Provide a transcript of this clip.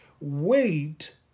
wait